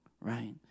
right